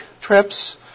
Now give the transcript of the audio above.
trips